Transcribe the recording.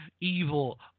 evil